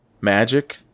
magic